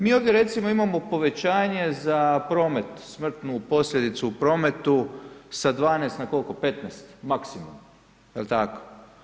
Mi ovdje recimo imamo povećanje za promet smrtnu posljedicu u prometu sa 12, na koliko, 15 maksimalno, je li tako?